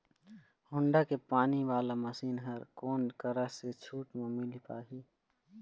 Honda के पानी वाला मशीन हर कोन करा से छूट म मिल पाही?